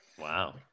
Wow